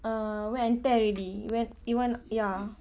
uh wear and tear already when you want ya